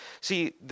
See